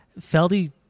Feldy